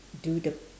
do the